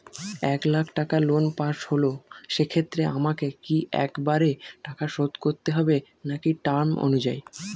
এক লাখ টাকা loan pass হল সেক্ষেত্রে আমাকে কি একবারে টাকা শোধ করতে হবে নাকি টার্ম অনুযায়ী?